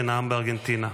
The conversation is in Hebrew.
שנאם בארגנטינה.